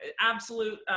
absolute